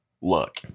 Look